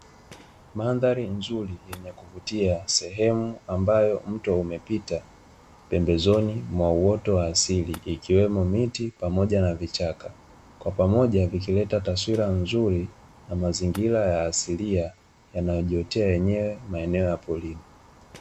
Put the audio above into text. Mandhari nzuri yenye kuvutia sehemu ambayo mto umepita, pembezoni mwa uoto wa asili ikiwemo miti pamoja na vichaka, kwa pamoja vikileta taswira nzuri, na mazingira ya asilia yanayojiotea yenyewe maeneo ya porini.